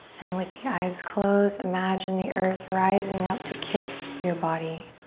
and with the eyes closed, imagine the earth rising up to kiss your body.